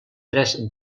tres